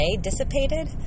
dissipated